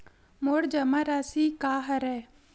मोर जमा राशि का हरय?